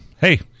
hey